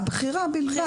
הבכירה בלבד.